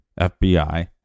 FBI